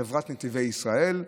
חברת נתיבי ישראל,